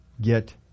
get